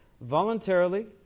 voluntarily